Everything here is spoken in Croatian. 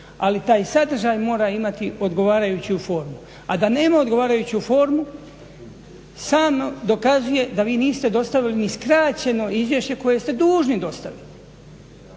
ali taj sadržaj mora imati odgovarajuću formu, a da nema odgovarajuću formu sam dokazuje da vi niste dostavili ni skraćeno izvješće koje ste dužni dostaviti.